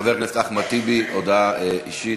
חבר הכנסת אחמד טיבי, הודעה אישית.